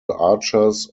archers